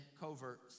covert